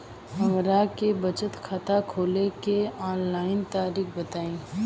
हमरा के बचत खाता खोले के आन लाइन तरीका बताईं?